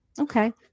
Okay